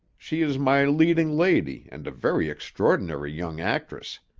she is my leading lady and a very extraordinary young actress.